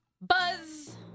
Buzz